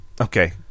Okay